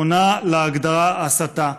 מתאימים להגדרה "הסתה".